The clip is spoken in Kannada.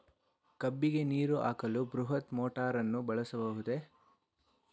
ಕಬ್ಬಿಗೆ ನೀರು ಹಾಕಲು ಬೃಹತ್ ಮೋಟಾರನ್ನು ಬಳಸಬಹುದೇ?